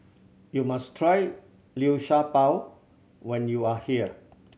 you must try Liu Sha Bao when you are here